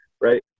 Right